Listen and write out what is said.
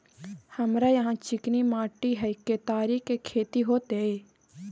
हमरा यहाँ चिकनी माटी हय केतारी के खेती होते?